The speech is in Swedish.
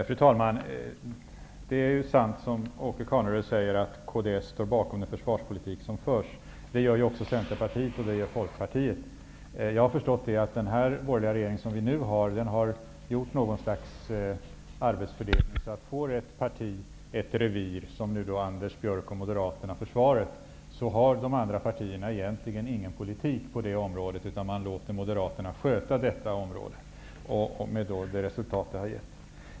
Fru talman! Det är ju sant, som Åke Carnerö säger, att kds står bakom den försvarspolitik som förs. Det gör ju också Centerpartiet och Folkpartiet. Jag har förstått att den borgerliga regeringen har gjort någon slags arbetsfördelning. Om ett parti får ett revir, som nu Anders Björck och Moderaterna har fått försvaret, har de andra partierna egentligen ingen politik på det området, utan man låter Moderaterna sköta det, med det resultat det har gett.